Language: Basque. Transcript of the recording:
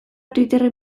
twitterren